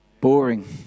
boring